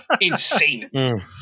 insane